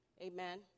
Amen